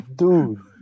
dude